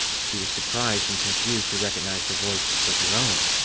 she was surprised and confused to recognize the voice was her own.